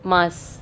mask